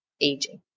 aging